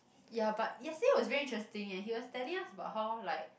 ya but yesterday was very interesting ya he was telling us about how like